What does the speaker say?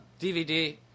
DVD